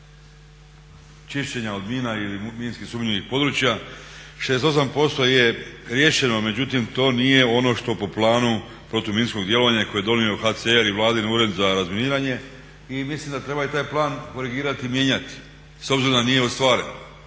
čišćenja od mina ili minski sumnjivih područja. 68% je riješeno, međutim to nije ono što po planu protuminskog djelovanja koje je donio UNHCR i vladin Ured za razminiranje. I mislim da treba i taj plan korigirati, mijenjati s obzirom da nije ostvaren.